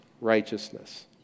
righteousness